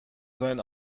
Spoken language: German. seinen